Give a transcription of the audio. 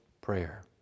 prayer